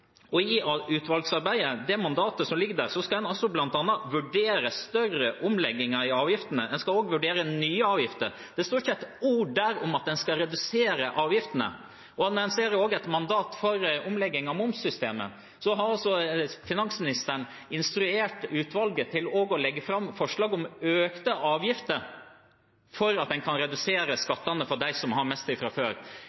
I utvalgsarbeidet, med det mandatet som ligger der, skal en bl.a. vurdere større omlegginger av avgiftene, og en skal også vurdere nye avgifter. Det står ikke ett ord der om at en skal redusere avgiftene. Når en også ser et mandat for omlegging av momssystemet, har altså finansministeren instruert utvalget til også å legge fram forslag om økte avgifter for at en kan redusere